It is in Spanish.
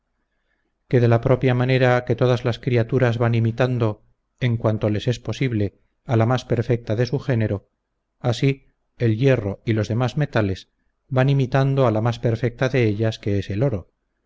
que de la propia manera que todas las criaturas van imitando en cuanto les es posible a la más perfecta de su género así el hierro y los demás metales van imitando a la más perfecta de ellas que es el oro